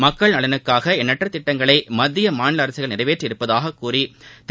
மக்கள் நலனுக்காக எண்ணற்ற திட்டங்களை மத்திய மாநில அரசுகள் நிறைவேற்றி இருப்பதாக கூறி திரு